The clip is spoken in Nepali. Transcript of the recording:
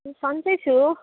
ए सञ्चै छु